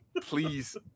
please